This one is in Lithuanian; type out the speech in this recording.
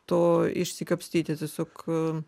to išsikapstyti tiesiog